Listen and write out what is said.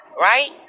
right